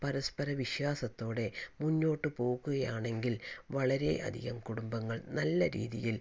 പരസ്പര വിശ്വാസത്തോടെ മുന്നോട്ട് പോകുകയാണെങ്കിൽ വളരെ അധികം കുടുംബങ്ങൾ നല്ല രീതിയിൽ